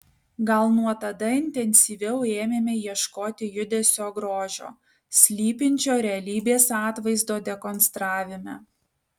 gal nuo tada intensyviau ėmėme ieškoti judesio grožio slypinčio realybės atvaizdo dekonstravime